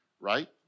right